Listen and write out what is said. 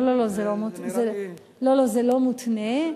לא, לא, לא, זה לא מותנה.